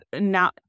now